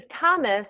Thomas